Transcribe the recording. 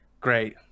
great